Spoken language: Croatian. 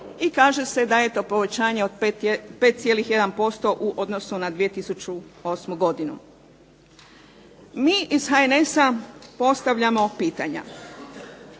i kaže se da je to povećanje od 5,1% u odnosu na 2008. godinu. Mi iz HNS-a postavljamo pitanja,